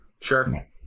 sure